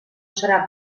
serà